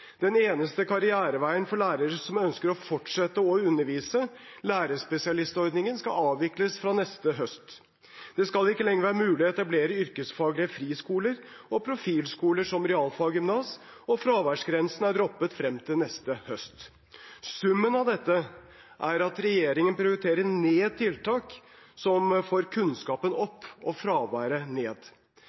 Den eneste karriereveien for lærere som ønsker å fortsette å undervise, lærerspesialistordningen, skal avvikles fra neste høst. Det skal ikke lenger være mulig å etablere yrkesfaglige friskoler og profilskoler som realfagsgymnas, og fraværsgrensen er droppet frem til neste høst. Summen av dette er at regjeringen prioriterer ned tiltak som får kunnskapen opp og fraværet ned.